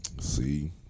See